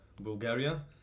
Bulgaria